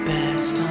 Best